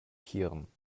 tieren